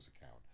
account